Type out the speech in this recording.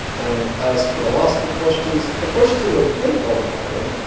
and as for the last two questions, the first two were very odd by the way.